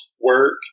work